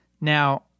Now